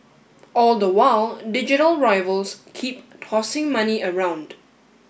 all the while digital rivals keep tossing money around